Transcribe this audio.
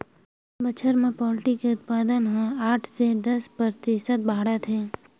बछर म पोल्टी के उत्पादन ह आठ ले दस परतिसत बाड़हत हे